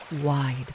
wide